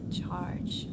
charge